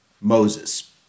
Moses